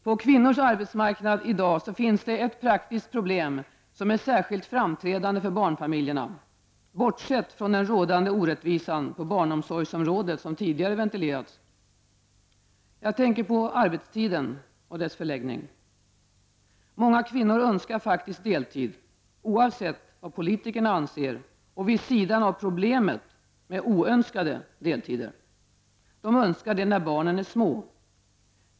På kvinnors arbetsmarknad i dag finns det ett praktiskt problem som är särskilt framträdande för barnfamiljerna -- bortsett från den rådande orättvisan på barnomsorgsområdet, som tidigare ventilerats. Jag tänker på arbetstiden och dess förläggning. Många kvinnor önskar faktiskt deltid -- oavsett vad politikerna anser och vid sidan av problemet med oönskade deltider. De önskar det när barnen är små.